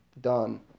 Done